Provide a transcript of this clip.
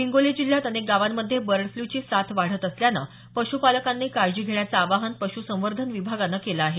हिंगोली जिल्ह्यात अनेक गावांमध्ये बर्ड फ्लू ची साथ वाढत असल्यानं पश्पालकांनी काळजी घेण्याचं आवाहन पश्संवर्धन विभागानं केलं आहे